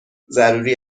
ضروری